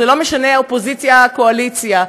זה לא משנה אופוזיציה או קואליציה,